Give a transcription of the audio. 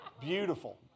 Beautiful